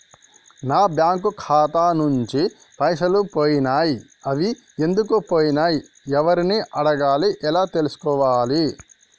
నా బ్యాంకు ఖాతా నుంచి పైసలు పోయినయ్ అవి ఎందుకు పోయినయ్ ఎవరిని అడగాలి ఎలా తెలుసుకోవాలి?